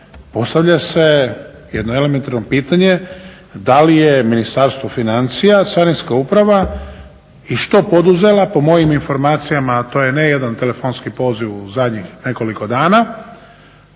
postavlja se jedno elementarno pitanje da li je Ministarstvo financija, carinska uprava i što poduzela po mojim informacijama a to je ne jedan telefonski poziv u zadnjih nekoliko dana